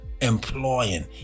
employing